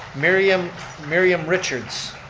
miriam miriam richards.